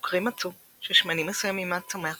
חוקרים מצאו ששמנים מסוימים מהצומח